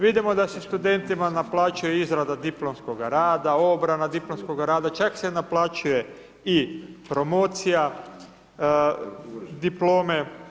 Vidimo da se studentima naplaćuju izrada diplomskoga rada, obrana diplomskoga rada, čak se naplaćuje i promocija, diplome.